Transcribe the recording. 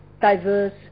diverse